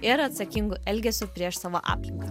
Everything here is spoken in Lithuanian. ir atsakingu elgesiu prieš savo aplinką